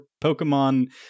Pokemon